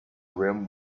rim